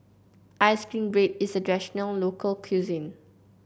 ice cream bread is a traditional local cuisine